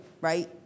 right